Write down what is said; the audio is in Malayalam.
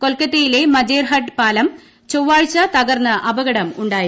കൊൽക്കത്തയിലെ മജേർഹട്ട് ചൊവ്വാഴ്ച തകർന്ന് പാലം അപകടം ഉണ്ടായിരുന്നു